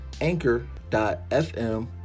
anchor.fm